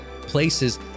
places